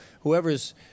whoever's